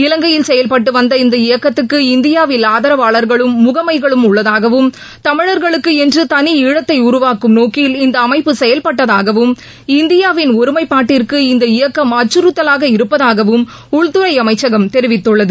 இலங்கையில் செயல்பட்டு வந்த இந்த இயக்கத்துக்கு இந்தியாவில் ஆதரவாளர்களும் முகமைகளும் உள்ளதாகவும் தமிழா்களுக்கு என்று தனி ஈழத்தை உருவாக்கும் நோக்கில் இந்த அமைப்பு செயல்பட்டதாகவும் இந்தியாவின் ஒருமைப்பாட்டிற்கு இந்த இயக்கம் அச்சுறுத்தலாக இருப்பதாகவும் உள்துறை அமைச்சகம் தெரிவித்துள்ளது